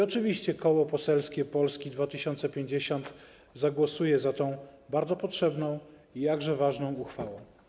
Oczywiście Koło Parlamentarne Polska 2050 zagłosuje za tą bardzo potrzebną i jakże ważną uchwałą.